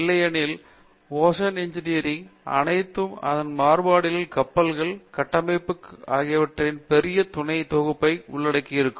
இல்லையெனில் ஓசான் இன்ஜினியரில் ல் அனைத்தும் அதன் மாறுபாடுகளில் கப்பல்கள் கடற்படை கட்டமைப்பு ஆகியவற்றின் பெரிய துணைத் தொகுப்பை உள்ளடக்கியிருக்கும்